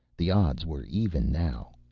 the odds were even now.